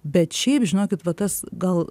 bet šiaip žinokit va tas gal